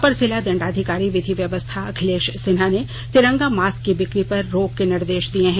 अपर जिला दंडाधिकारी विधि व्यवस्था अखिलेश सिन्हा ने तिरंगा मास्क की बिक्री पर रोक के निर्देश दिए हैं